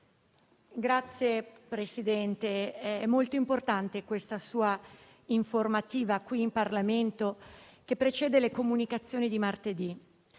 Signor Presidente, è molto importante questa sua informativa in Parlamento, che precede le comunicazioni di martedì,